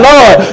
Lord